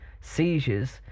seizures